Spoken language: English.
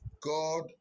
God